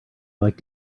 like